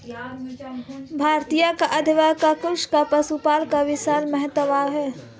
भारतीय अर्थव्यवस्था में कृषि और पशुपालन का विशेष महत्त्व है